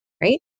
right